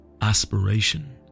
Aspiration